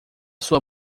sua